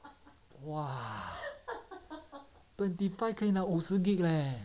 !wah! twenty five 可以拿五十 gig leh